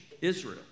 Israel